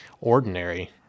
ordinary